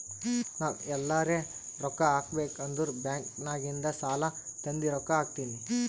ನಾವ್ ಎಲ್ಲಾರೆ ರೊಕ್ಕಾ ಹಾಕಬೇಕ್ ಅಂದುರ್ ಬ್ಯಾಂಕ್ ನಾಗಿಂದ್ ಸಾಲಾ ತಂದಿ ರೊಕ್ಕಾ ಹಾಕ್ತೀನಿ